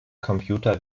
computer